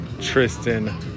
Tristan